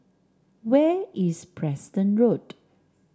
where is Preston Road